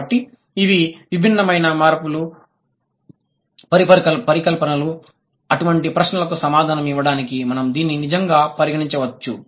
కాబట్టి ఇవి విభిన్నమైన పరికల్పనలు అటువంటి ప్రశ్నలకు సమాధానం ఇవ్వడానికి మనం దీన్ని నిజంగా పరిగణించవచ్చు